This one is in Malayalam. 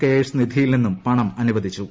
കെയേഴ്സ് നിധിയിൽ നിന്നും പണം അനുവദിച്ചു